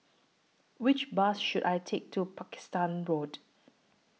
Which Bus should I Take to Pakistan Road